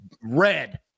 red